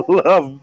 love